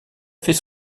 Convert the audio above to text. fait